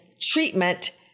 Treatment